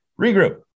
Regroup